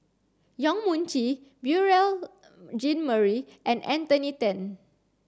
Yong Mun Chee Beurel Jean Marie and Anthony Then